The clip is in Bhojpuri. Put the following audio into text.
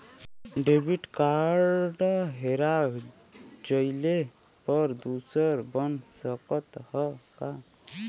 डेबिट कार्ड हेरा जइले पर दूसर बन सकत ह का?